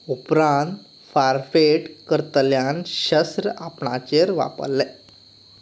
उपरांत फारपेट करतल्यान शस्त्र आपणाचेर वापरलें